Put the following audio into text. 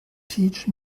teach